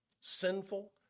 sinful